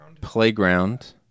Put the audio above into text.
playground